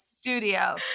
Studio